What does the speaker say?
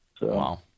Wow